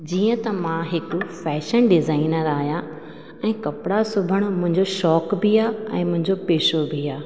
जीअं त मां हिकु फैशन डिज़ाइनर आहियां ऐं कपिड़ा सिबण मुंहिंजो शौक़ बि आहे ऐं मुंहिंजो पेशो बि आहे